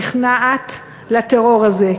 נכנעת לטרור הזה.